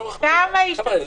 זה